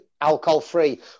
alcohol-free